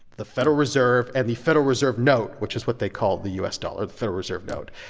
the federal reserve and the federal reserve note, which is what they call the u s. dollar, the federal reserve note,